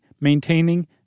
maintaining